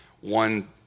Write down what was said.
one